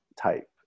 type